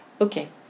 okay